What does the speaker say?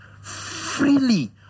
freely